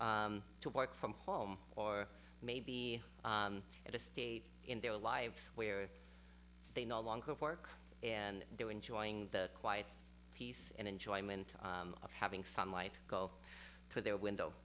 to work from home or may be at a stage in their lives where they no longer work and they're enjoying the quiet peace and enjoyment of having sunlight go to their window